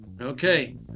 okay